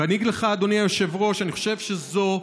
ואני אגיד לך, אדוני היושב-ראש, אני חושב שזו,